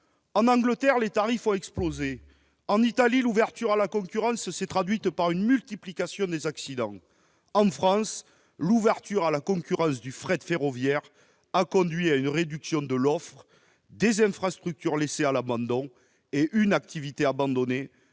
En Angleterre, les tarifs ont explosé. En Italie, l'ouverture à la concurrence s'est traduite par une multiplication des accidents. En France, l'ouverture à la concurrence du fret ferroviaire a conduit à une réduction de l'offre, à des infrastructures laissées à l'abandon et à une activité abandonnée,